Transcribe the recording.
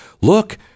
Look